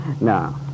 No